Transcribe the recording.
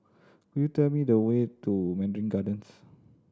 could you tell me the way to Mandarin Gardens